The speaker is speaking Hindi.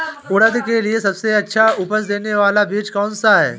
उड़द के लिए सबसे अच्छा उपज देने वाला बीज कौनसा है?